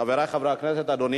חברי חברי הכנסת,